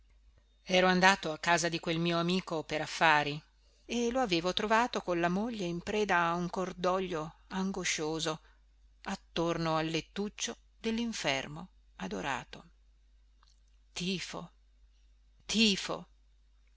ero andato a casa di quel mio amico per affari e lo avevo trovato con la moglie in preda a un cordoglio angoscioso attorno al lettuccio dellinfermo adorato tifo tifo